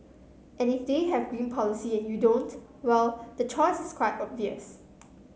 and if they have green policy and you don't well the choice is quite obvious